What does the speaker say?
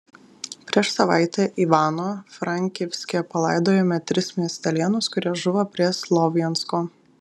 prieš savaitę ivano frankivske palaidojome tris miestelėnus kurie žuvo prie slovjansko